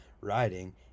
riding